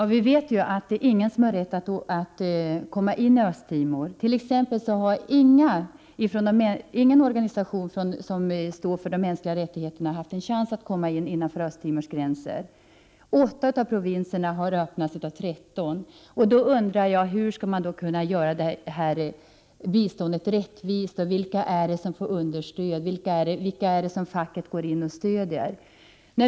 Herr talman! Vi vet att ingen har rätt att komma in i Östtimor. Ingen organisation som står för de mänskliga rättigheterna har haft en chans att komma innanför Östtimors gränser. 8 av de 13 provinserna har öppnats. Jag undrar då hur man skall kunna göra detta bistånd rättvist? Vilka är det som får understöd? Vilka är det som facket går in och stöder?